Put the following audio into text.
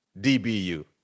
DBU